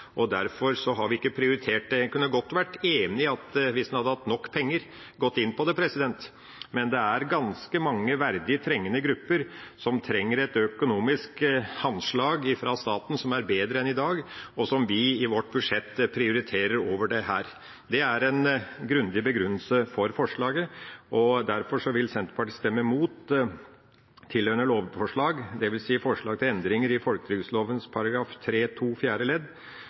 og derfor har vi ikke prioritert det. En kunne godt vært enig og gått inn for det hvis en hadde hatt nok penger, men det er ganske mange verdig trengende grupper med behov for et sterkere økonomisk handslag fra staten enn det de får i dag, og som vi i vårt budsjett prioriterer over dette. Det er en grundig begrunnelse for forslaget, og derfor vil Senterpartiet stemme imot tilhørende lovforslag, dvs. forslag til endringer i folketrygdlova § 3-2 fjerde ledd,